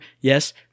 Yes